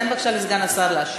תן, בבקשה, לסגן השר להשיב.